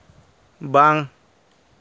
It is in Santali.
ᱵᱟᱝ